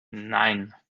nein